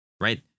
right